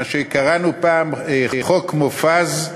מה שקראנו לו פעם "חוק מופז".